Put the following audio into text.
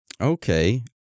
Okay